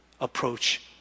approach